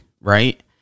right